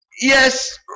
Yes